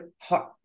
hot